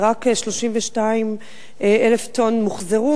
ורק 32,000 טונות מוחזרו.